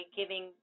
giving